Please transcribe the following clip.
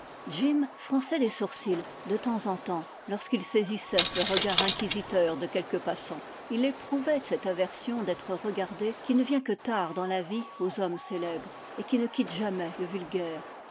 fronçait les sourcils de temps en temps lorsqu'il saisissait le regard inquisiteur de quelque passant il éprouvait cette aversion d'être regardé qui ne vient que tard dans la vie aux hommes célèbres et qui ne quitte jamais le vulgaire